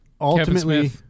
ultimately-